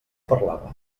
parlava